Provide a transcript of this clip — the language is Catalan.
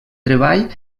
treball